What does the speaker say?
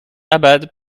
abad